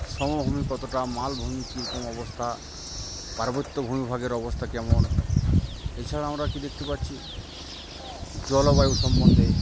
সমভূমি কতটা মালভূমি কীরকম অবস্থা পার্বত্য ভূমিভাগের অবস্থা কেমন এছাড়া আমরা কী দেখতে পাচ্ছি জলবায়ু সম্বন্ধে